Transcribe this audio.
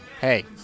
hey